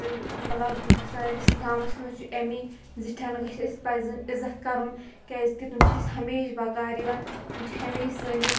تہٕ مطلب سٲنِس گامَس منٛز چھُ اَمی زِٹھٮ۪ن گژھِ اَسہِ پَزن عِزت کَرُن کیٛازِکہِ تِم چھِ اَسہِ ہمیشہِ بَکار یِوان تِم چھِ ہمیشہِ سٲنِس